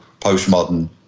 postmodern